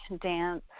dance